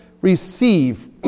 receive